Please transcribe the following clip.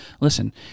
listen